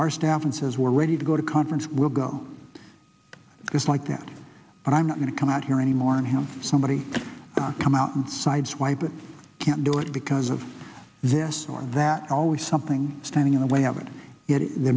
our staff and says we're ready to go to conference we'll go because like that and i'm not going to come out here anymore and have somebody come out and sideswipe it can't do it because of this or that always something standing in the way of it it